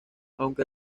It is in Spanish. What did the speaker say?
aunque